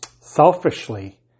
selfishly